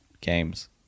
games